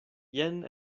jen